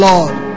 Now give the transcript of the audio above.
Lord